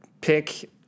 pick